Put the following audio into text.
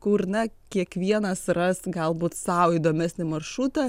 kur na kiekvienas ras galbūt sau įdomesnį maršrutą